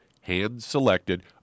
hand-selected